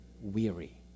Weary